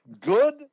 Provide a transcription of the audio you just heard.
good